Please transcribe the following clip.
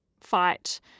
fight